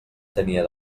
tenia